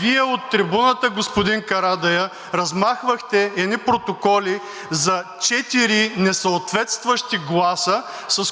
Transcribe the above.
Вие от трибуната, господин Карадайъ, размахвахте едни протоколи за четири несъответстващи гласа,